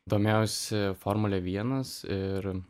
domėjausi formule vienas ir